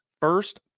first